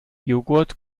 joghurt